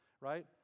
right